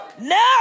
no